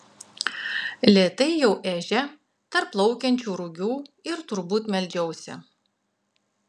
lėtai ėjau ežia tarp plaukiančių rugių ir turbūt meldžiausi